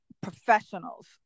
professionals